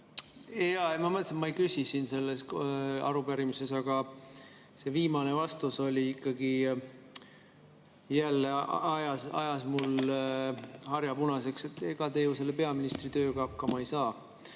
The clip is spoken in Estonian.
Ma mõtlesin, et ma ei küsi selles arupärimises, aga see viimane vastus ikkagi ajas mul jälle harja punaseks. Ega te ju selle peaministritööga hakkama ei saa.